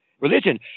religion